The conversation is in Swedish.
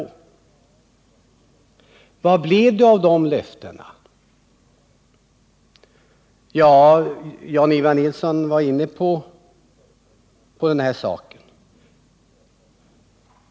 Vad blev det av de löftena? Jan-Ivan Nilsson var inne på den frågan.